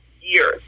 years